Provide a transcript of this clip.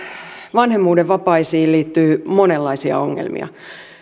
vanhemmuuden vapaisiin liittyy monenlaisia ongelmia